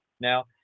Now